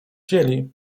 dzieli